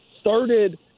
started